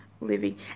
living